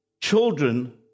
children